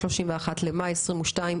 31 במאי 22',